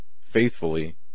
faithfully